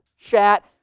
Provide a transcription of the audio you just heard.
chat